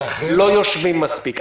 "לא יושבים מספיק".